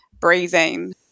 breathing